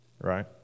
right